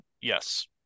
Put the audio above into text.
Yes